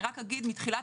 מתחילת